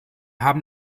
haben